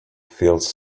feels